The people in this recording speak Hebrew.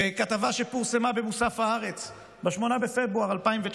בכתבה שפורסמה במוסף הארץ ב-8 בפברואר 2019